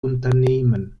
unternehmen